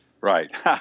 Right